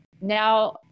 Now